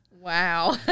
Wow